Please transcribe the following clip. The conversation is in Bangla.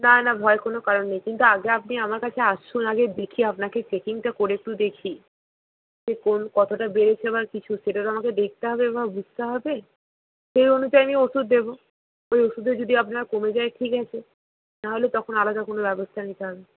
না না ভয়ের কোনো কারন নেই কিন্তু আগে আপনি আমার কাছে আসুন আগে দেখি আপনাকে চেকিংটা করে একটু দেখি যে কতটা বেড়েছে বা কিছু সেটা তো আমাকে দেখতে হবে বা বুঝতে হবে সেই অনুযায়ী আমি ওষুধ দেব ওই ওষুধে যদি আপনার কমে যায় ঠিক আছে নাহলে তখন আলাদা কোনো ব্যবস্থা নিতে হবে